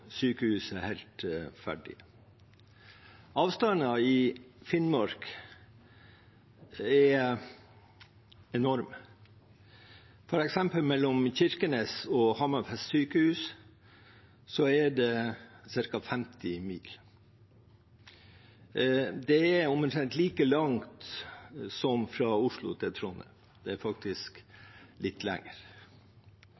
sykehus er det ca. 50 mil. Det er omtrent like langt som fra Oslo til Trondheim – det er faktisk